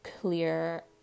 clear